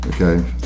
okay